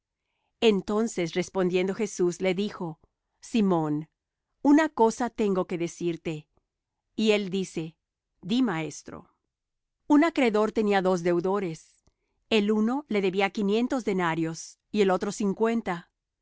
entonces respondiendo jesús le dijo simón una cosa tengo que decirte y él dice di maestro un acredor tenía dos deudores el uno le debía quinientos denarios y el otro cincuenta